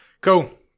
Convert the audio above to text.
Cool